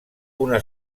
una